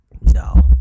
no